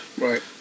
Right